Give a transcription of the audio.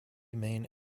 main